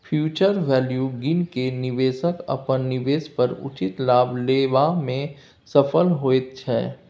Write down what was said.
future value गिन केँ निबेशक अपन निबेश पर उचित लाभ लेबा मे सफल होइत छै